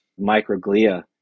microglia